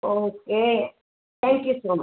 okay thank you so much